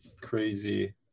crazy